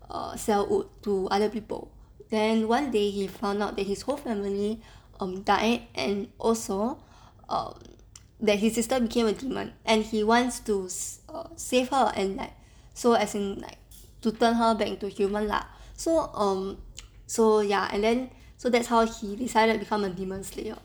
err sell wood to other people then one day he found out that his whole family um died and also um that his sister became a demon and he wants to err save her and like so as in like to turn her back to human lah so um so ya and then so that's how he decided to become a demon slayer